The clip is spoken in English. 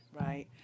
Right